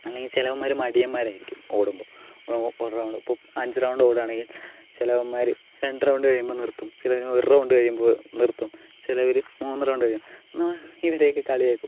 അല്ലെങ്കിൽ ചിലവന്മാർ മടിയന്മാരായിരിക്കും ഓടുമ്പോൾ ഒരു റൗണ്ട് ഇപ്പോൾ അഞ്ച് റൗണ്ട് ഓടുകയാണെങ്കിൽ ചിലവന്മാര് രണ്ട് റൗണ്ട് കഴിയുമ്പോൾ നിർത്തും ചിലവന്മാര് ഒരു റൗണ്ട് കഴിയുമ്പോൾ നിർത്തും ചിലവര് മൂന്ന് റൗണ്ട് കഴിയും എന്നാൽ ഇവരെയൊക്കെ കളിയാക്കും